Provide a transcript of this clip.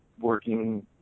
working